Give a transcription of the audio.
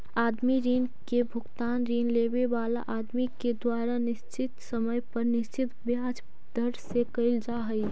आदमी ऋण के भुगतान ऋण लेवे वाला आदमी के द्वारा निश्चित समय पर निश्चित ब्याज दर से कईल जा हई